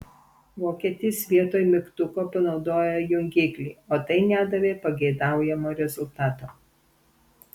vokietis vietoj mygtuko panaudojo jungiklį o tai nedavė pageidaujamo rezultato